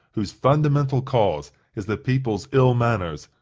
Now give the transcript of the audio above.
whose fundamental cause is the people's ill manners,